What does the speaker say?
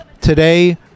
Today